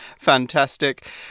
fantastic